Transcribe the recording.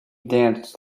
danced